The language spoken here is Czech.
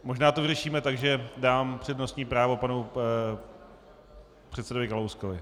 Možná to vyřešíme tak, že dám přednostní právo panu předsedovi Kalouskovi.